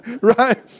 right